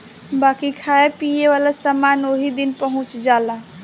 बाकी खाए पिए वाला समान ओही दिन पहुच जाला